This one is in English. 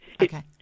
okay